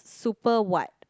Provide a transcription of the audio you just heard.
super white